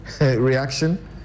reaction